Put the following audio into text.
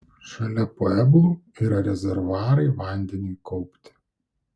šalia pueblų yra rezervuarai vandeniui kaupti